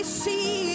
see